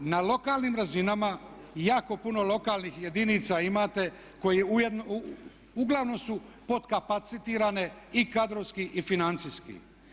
Na lokalnim razinama i jako puno lokalnih jedinica imate koji uglavnom su podkapacitirane i kadrovski i financijski.